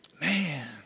Man